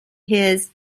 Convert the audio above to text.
his